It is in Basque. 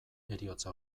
heriotza